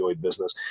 business